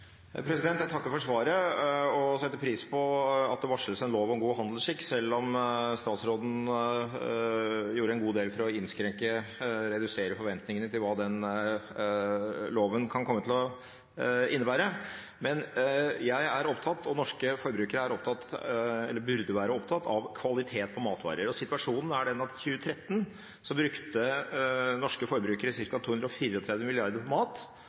Jeg takker for svaret og setter pris på at det varsles en lov om god handelsskikk, selv om statsråden gjorde en god del for å redusere forventningene til hva den loven kan komme til å innebære. Men jeg er opptatt av – og norske forbrukere er opptatt av, eller burde være opptatt av – kvalitet på matvarer. Situasjonen er den at i 2013 brukte norske forbrukere ca. 234 mrd. kr på mat og